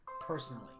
personally